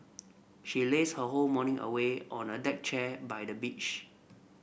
she lazed her whole morning away on a deck chair by the beach